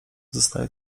zostaje